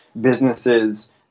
businesses